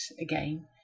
again